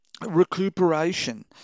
Recuperation